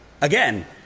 again